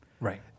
Right